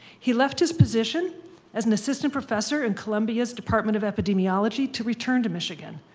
he left his position as an assistant professor in columbia's department of epidemiology to return to michigan.